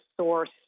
source